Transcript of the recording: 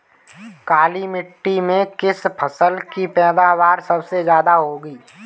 काली मिट्टी में किस फसल की पैदावार सबसे ज्यादा होगी?